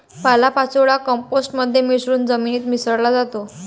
पालापाचोळा कंपोस्ट मध्ये मिसळून जमिनीत मिसळला जातो